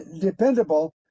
dependable